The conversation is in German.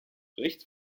rechts